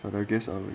but I guess I'll